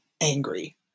angry